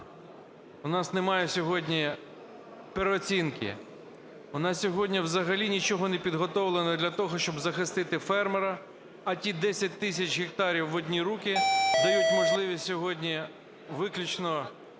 У нас немає сьогодні переоцінки. У нас сьогодні взагалі нічого не підготовлено для того, щоб захистити фермера. А ті 10 тисяч гектарів в одні руки дають можливість сьогодні виключно